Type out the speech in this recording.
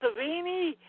Savini